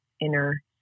Inner